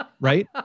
Right